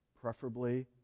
preferably